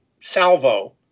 salvo